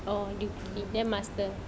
oh degree then master